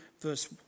verse